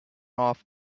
off